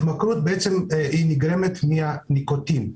אם התמכרות נגרמת מניקוטין,